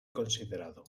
considerado